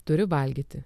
turi valgyti